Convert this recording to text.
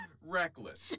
Reckless